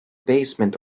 basement